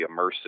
immersive